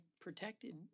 protected